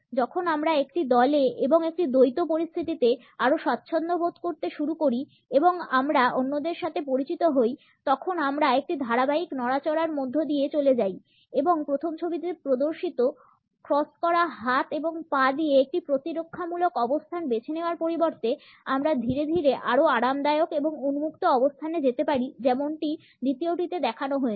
যখন আমরা একটি দলে বা একটি দ্বৈত পরিস্থিতিতে আরও স্বাচ্ছন্দ্য বোধ করতে শুরু করি এবং আমরা অন্যদের সাথে পরিচিত হই তখন আমরা একটি ধারাবাহিক নড়াচড়ার মধ্য দিয়ে চলে যাই এবং প্রথম ছবিতে প্রদর্শিত ক্রস করা হাত এবং পা দিয়ে একটি প্রতিরক্ষামূলক অবস্থান বেছে নেওয়ার পরিবর্তে আমরা ধীরে ধীরে আরও আরামদায়ক এবং উন্মুক্ত অবস্থানে যেতে পারি যেমনটি দ্বিতীয়টিতে দেখানো হয়েছে